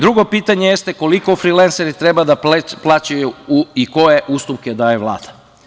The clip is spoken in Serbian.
Drugo pitanje jeste – koliko frilenseri treba da plaćaju i koje ustupke daje Vlada?